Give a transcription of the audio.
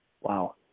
Wow